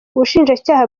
ubushinjacyaha